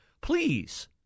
Please